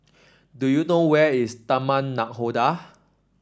do you know where is Taman Nakhoda